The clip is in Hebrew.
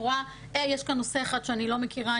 יש כאן נושא אחד שאני לא מכירה,